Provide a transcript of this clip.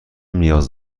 نیاز